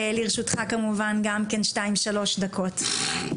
לרשותך גם כן שתיים-שלוש דקות.